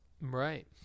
Right